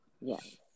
Yes